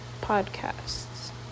podcasts